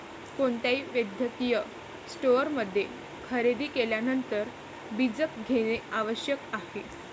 कोणत्याही वैद्यकीय स्टोअरमध्ये खरेदी केल्यानंतर बीजक घेणे आवश्यक आहे